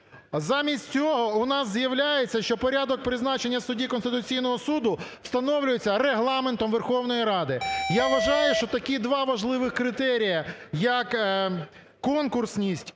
Замість цього у нас з'являється, що порядок призначення судді Конституційного Суду встановлюється Регламентом Верховної Ради. Я вважаю, що такі два важливих критерії, як конкурсність